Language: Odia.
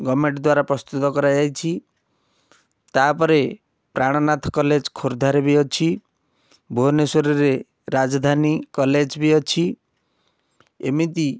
ଗଭର୍ଣ୍ଣମେଣ୍ଟ ଦ୍ୱାରା ପ୍ରସ୍ତୁତ କରାଯାଇଛି ତାପରେ ପ୍ରାଣନାଥ କଲେଜ୍ ଖୋର୍ଦ୍ଧାରେ ବି ଅଛି ଭୁବନେଶ୍ଵରରେ ରାଜଧାନୀ କଲେଜ୍ ବି ଅଛି ଏମିତି